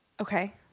Okay